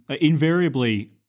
Invariably